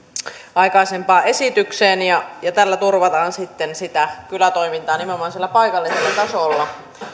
aikaisempaan esitykseen ja ja tällä turvataan sitten sitä kylätoimintaa nimenomaan siellä paikallisella tasolla